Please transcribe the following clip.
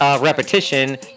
repetition